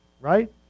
right